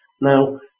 Now